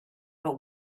but